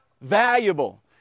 valuable